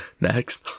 Next